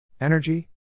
Energy